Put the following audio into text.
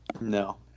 no